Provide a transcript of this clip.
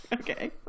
Okay